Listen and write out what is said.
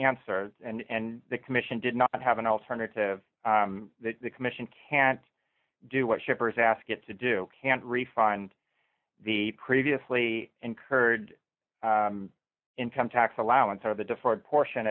answer and the commission did not have an alternative that the commission can't do what shippers ask it to do can't refine the previously incurred income tax allowance or the different portion